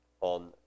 on